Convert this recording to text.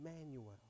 Emmanuel